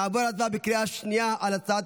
נעבור להצבעה בקריאה שנייה על הצעת